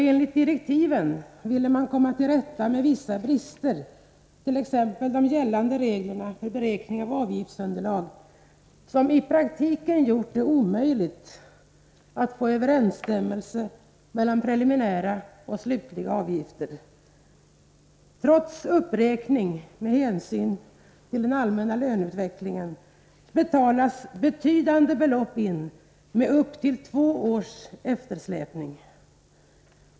Enligt direktiven ville man komma till rätta med vissa brister, t.ex. de gällande reglerna för beräkning av avgiftsunderlaget, som i praktiken gjort det omöjligt att få överensstämmelse mellan preliminära och slutliga avgifter. Trots uppräkning med hänsyn till den allmänna löneutvecklingen betalas betydande belopp in med upp till två års eftersläpning.